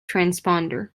transponder